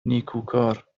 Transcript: نیکوکار